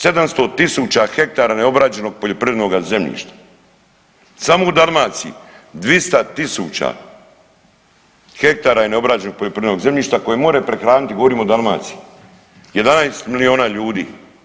700.000 hektara neobrađenog poljoprivrednog zemljišta, samo u Dalmaciji 200.000 hektara je neobrađenog poljoprivrednog zemljišta koje more prehraniti, govorim o Dalmaciji, 11 milijuna ljudi.